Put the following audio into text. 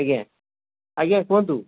ଆଜ୍ଞା ଆଜ୍ଞା କୁହନ୍ତୁ